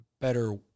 better